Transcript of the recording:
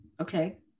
Okay